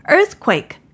Earthquake